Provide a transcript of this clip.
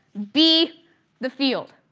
be the field!